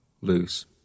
lose